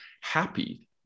happy